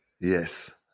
Yes